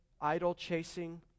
idol-chasing